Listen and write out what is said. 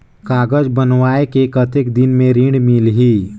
कागज बनवाय के कतेक दिन मे ऋण मिलही?